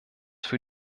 für